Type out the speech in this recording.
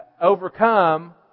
overcome